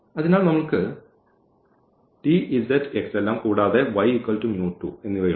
അതിനാൽ നമ്മൾക്ക് ഈ t z x എല്ലാം കൂടാതെ ഉണ്ട്